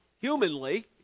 humanly